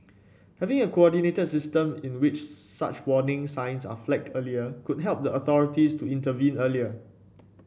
having a coordinated system in which such warning signs are flagged earlier could help the authorities to intervene earlier